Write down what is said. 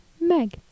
Meg